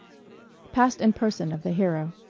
past and person of the hero